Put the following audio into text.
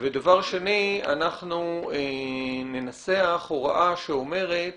דבר שני, אנחנו ננסח הוראה שאומרת